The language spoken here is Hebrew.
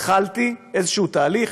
התחלתי איזה תהליך,